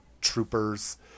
troopers